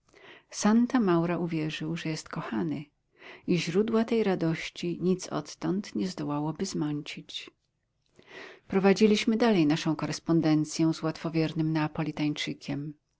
santa maura uwierzył że jest kochany i źródła tej radości nic odtąd nie zdołałoby zmącić prowadziliśmy dalej naszą korespondencję z łatwowiernym neapolitańczykiem